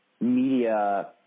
media